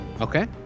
okay